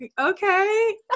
okay